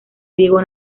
riego